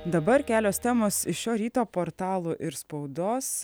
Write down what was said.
dabar kelios temos iš šio ryto portalų ir spaudos